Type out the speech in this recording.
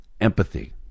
Empathy